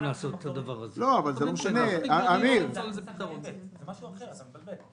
בוקר טוב, אני מתכבד לפתוח את ישיבת ועדת הכספים.